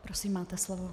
Prosím, máte slovo.